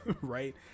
right